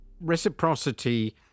Reciprocity